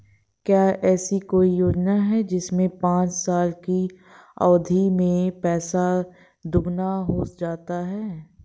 क्या ऐसी कोई योजना है जिसमें पाँच साल की अवधि में पैसा दोगुना हो जाता है?